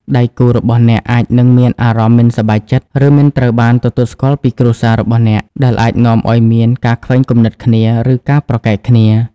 ដៃគូរបស់អ្នកអាចនឹងមានអារម្មណ៍មិនសប្បាយចិត្ត ឬមិនត្រូវបានទទួលស្គាល់ពីគ្រួសាររបស់អ្នក ដែលអាចនាំឲ្យមានការខ្វែងគំនិតគ្នា ឬការប្រកែកគ្នា។